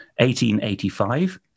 1885